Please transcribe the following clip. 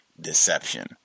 deception